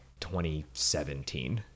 2017